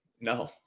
no